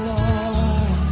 Lord